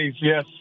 yes